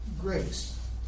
grace